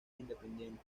independientes